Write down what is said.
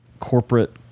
Corporate